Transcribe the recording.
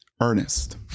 Ernest